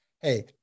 hey